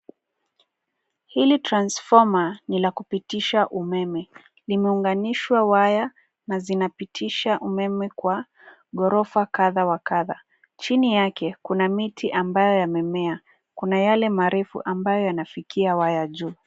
Hili transfoma ni la kupitisha umeme. Limeunganishwa waya na zinapitisha umeme kwa ghorofa kadha wa kadha. Chini yake kuna miti ambayo yamemea. Kuna yale marefu ambayo yanafikia waya juu.